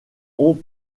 ont